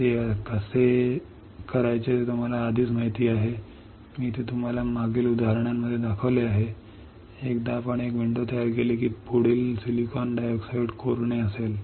ते कसे करायचे ते तुम्हाला आधीच माहित आहे मी ते तुम्हाला मागील उदाहरणांमध्ये दाखवले आहे एकदा आपण एक विंडो तयार केली की पुढील सिलिकॉन डायऑक्साइड खोदणे असेल